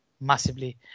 massively